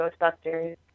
Ghostbusters